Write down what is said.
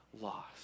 loss